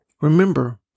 Remember